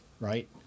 right